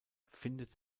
findet